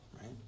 right